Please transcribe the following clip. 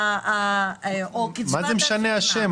מה זה משנה השם?